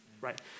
right